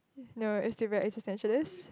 no it's still very existentialist